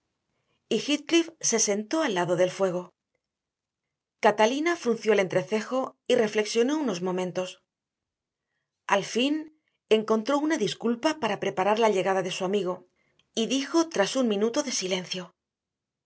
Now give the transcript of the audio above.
se sentó al lado del fuego catalina frunció el entrecejo y reflexionó unos momentos al fin encontró una disculpa para preparar la llegada de su amigo y dijo tras un minuto de silencio